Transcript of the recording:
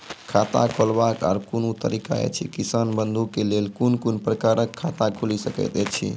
खाता खोलवाक आर कूनू तरीका ऐछि, किसान बंधु के लेल कून कून प्रकारक खाता खूलि सकैत ऐछि?